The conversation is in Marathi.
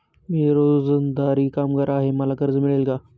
मी रोजंदारी कामगार आहे मला कर्ज मिळेल का?